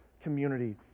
community